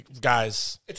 guys